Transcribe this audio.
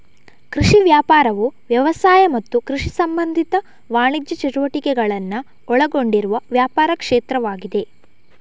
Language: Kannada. ಕೃಷಿ ವ್ಯಾಪಾರವು ವ್ಯವಸಾಯ ಮತ್ತು ಕೃಷಿ ಸಂಬಂಧಿತ ವಾಣಿಜ್ಯ ಚಟುವಟಿಕೆಗಳನ್ನ ಒಳಗೊಂಡಿರುವ ವ್ಯಾಪಾರ ಕ್ಷೇತ್ರವಾಗಿದೆ